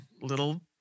little